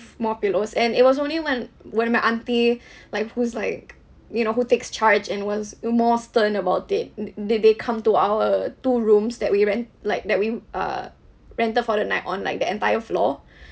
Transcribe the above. more pillows and it was only when when my auntie like who's like you know who takes charge and was more stern about it did did they they come to our two rooms that we rent like that we err rented for the night on like the entire floor